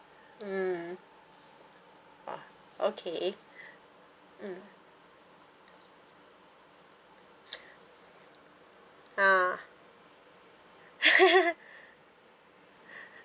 mm !wah! okay mm ah